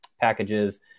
packages